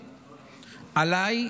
עליי,